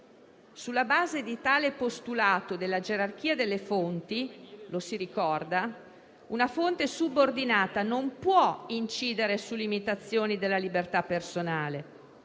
Sulla base di tale postulato della gerarchia delle fonti - lo si ricorda - una fonte subordinata non può incidere su limitazioni della libertà personale.